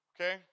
Okay